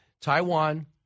Taiwan